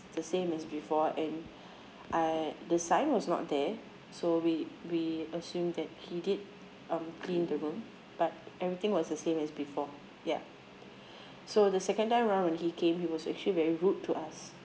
the same as before and I the sign was not there so we we assume that he did um clean the room but everything was the same as before ya so the second time around when he came he was actually very rude to us